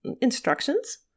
instructions